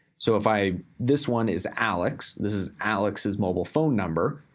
so if i. this one is alex, this is alex's mobile phone number.